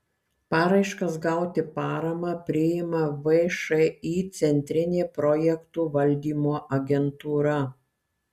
paraiškas gauti paramą priima všį centrinė projektų valdymo agentūra